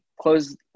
close